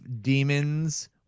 demons